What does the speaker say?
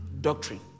doctrine